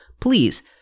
please